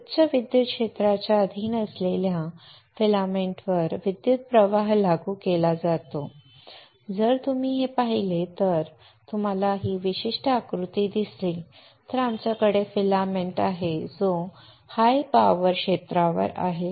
उच्च विद्युत क्षेत्राच्या अधीन असलेल्या फिलामेंट वर विद्युत प्रवाह लागू केला जातो जर तुम्ही हे पाहिले तर जर तुम्हाला हा विशिष्ट आकृती दिसला तर आमच्याकडे फिलामेंट आहे जो उच्च विद्युत क्षेत्रावर आहे